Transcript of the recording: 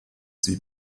sie